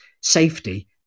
safety